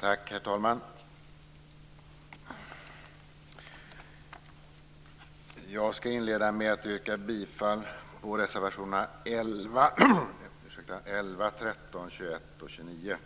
Herr talman! Jag skall inleda med att yrka bifall till reservationerna 11, 13, 21 och 29.